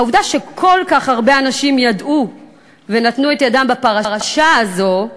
העובדה שכל כך הרבה אנשים ידעו ונתנו את ידם בפרשה הזו,